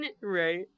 Right